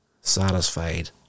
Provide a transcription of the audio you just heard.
satisfied